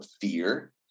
fear